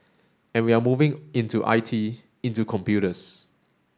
and we're moving into I T into computers